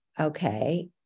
okay